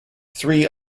three